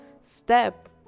step